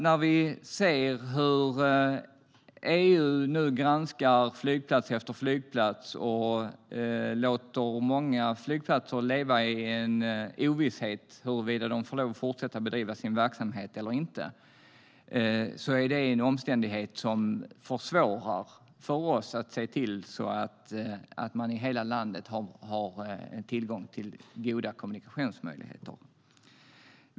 När vi ser hur EU nu granskar flygplats efter flygplats och låter många flygplatser leva i ovisshet om huruvida de ska få fortsätta bedriva sin verksamhet eller inte är det en omständighet som försvårar för oss att se till att vi i hela landet har goda kommunikationsmöjligheter.